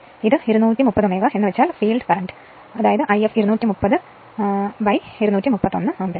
ഇത് 230 Ω ആണ് അതായത് ഫീൽഡ് കറന്റ് എന്നത് 230 ന് 231 ആമ്പിയർ